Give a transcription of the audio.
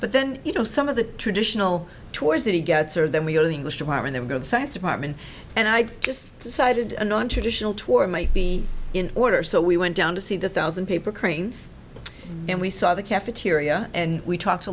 but then you know some of the traditional tours that he gets or then we go to the english department of good science department and i just decided nontraditional tore might be in order so we went down to see the thousand paper cranes and we saw the cafeteria and we talked a